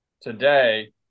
today